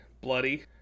bloody